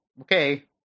okay